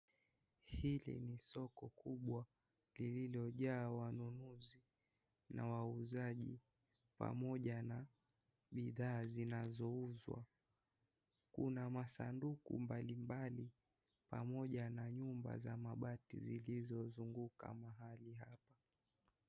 Hili ni soko kubwa lililojaa wanunuzi pamoja na wauzaji pamoja na bidhaa zinazouzwa. Kuna masanduku mbali mbali pamoja na nyumba za mabati zilizozunguka mahali hapa.